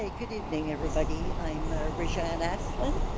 ah good evening everybody. i'm reganne ah asland.